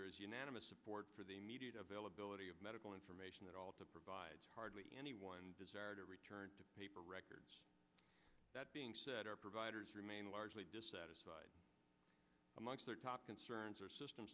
there is unanimous support for the immediate availability of medical information at all to provide hardly anyone desire to return to paper records that being said are providers remain largely dissatisfied amongst their top concerns or system